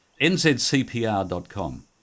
nzcpr.com